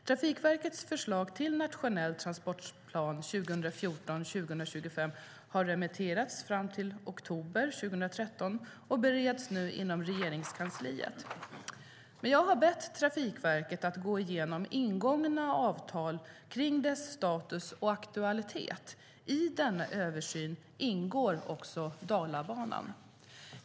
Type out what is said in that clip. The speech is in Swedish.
Trafikverkets förslag till nationell transportplan 2014-2025 har remitterats fram till den 1 oktober 2013 och bereds nu inom Regeringskansliet. Jag har bett Trafikverket att gå igenom ingångna avtal kring deras status och aktualitet. I denna översyn ingår också Dalabanan.